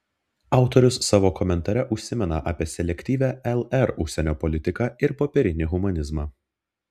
autorius savo komentare užsimena apie selektyvią lr užsienio politiką ir popierinį humanizmą